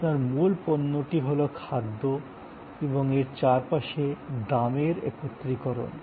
আপনার মূল পণ্যটি হল খাদ্য এবং এর চারপাশে দামের একত্রীকরণ